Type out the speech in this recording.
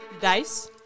Dice